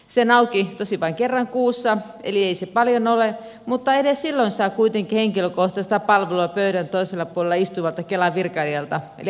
se on auki tosin vain kerran kuussa eli ei se paljon ole mutta edes silloin saa kuitenkin henkilökohtaista palvelua pöydän toisella puolella istuvalta kelan virkailijalta eli ammattilaiselta